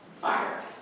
Fires